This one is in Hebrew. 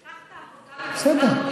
קח את העבודה ממשרד הבריאות, ותיישם אותה.